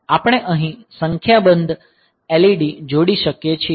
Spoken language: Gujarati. આપણે અહીં સંખ્યાબંધ LED જોડી શકીએ છીએ